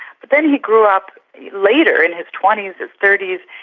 but then he grew up later, in his twenty s and thirty s,